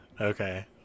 Okay